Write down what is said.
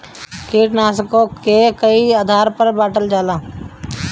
कीटनाशकों के कई आधार पर बांटल जाला